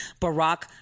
Barack